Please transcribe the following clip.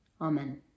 Amen